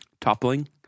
toppling